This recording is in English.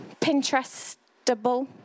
Pinterestable